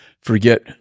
forget